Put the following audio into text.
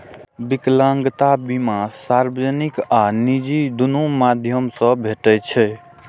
विकलांगता बीमा सार्वजनिक आ निजी, दुनू माध्यम सं भेटै छै